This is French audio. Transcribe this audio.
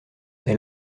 est